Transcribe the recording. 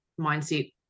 mindset